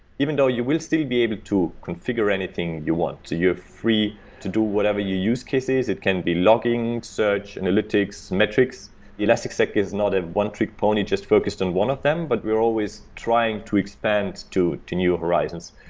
even though you will still be able to configure anything you want. you're free to do whatever your use case is. it can be logging, search, analytics, metrics, the elasticsearch is not a one trick pony, just focused in one of them, but we're always trying to expand to to newer horizons.